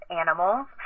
animals